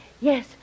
Yes